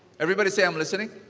everybody say, i'm listening.